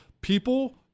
People